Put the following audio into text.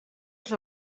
els